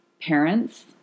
parents